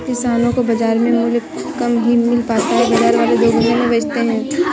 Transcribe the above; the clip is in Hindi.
किसानो को बाजार में मूल्य कम ही मिल पाता है बाजार वाले दुगुने में बेचते है